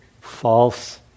False